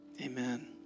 amen